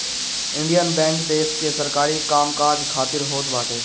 Indian Bank देस के सरकारी काम काज खातिर होत बाटे